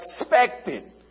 expected